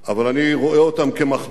אבל אני רואה אותם כמחמאה.